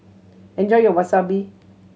enjoy your Wasabi